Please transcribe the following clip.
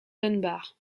dunbar